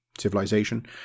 civilization